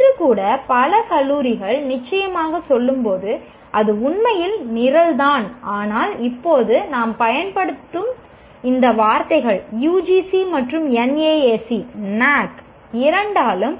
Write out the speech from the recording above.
இன்று கூட பல கல்லூரிகள் நிச்சயமாக சொல்லும்போது அது உண்மையில் நிரல் தான் ஆனால் இப்போது நாம் பயன்படுத்தும் இந்த வார்த்தைகள் யுஜிசி மற்றும் என்ஏஏசி இரண்டாலும்